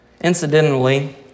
Incidentally